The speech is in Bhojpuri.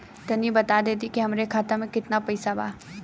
तनि बता देती की हमरे खाता में कितना पैसा बा?